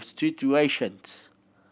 situations